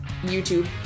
youtube